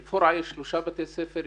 באל פורעה יש שלושה בתי ספר,